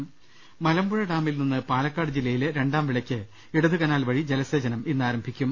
് മലമ്പുഴ ഡാമിൽ നിന്ന് പാലക്കാട് ജില്ലയിലെ രണ്ടാം വിളയ്ക്ക് ഇടതുകനാൽ വഴി ജലസേചനം ഇന്നാരംഭിക്കും